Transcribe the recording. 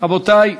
רבותי,